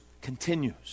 continues